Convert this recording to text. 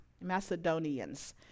Macedonians